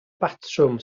batrwm